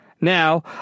Now